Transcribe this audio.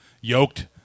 yoked